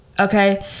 Okay